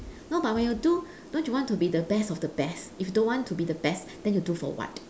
no but when you do don't you want to be the best of the best if don't want to be the best then you do for what